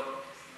לא.